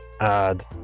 add